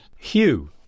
Hugh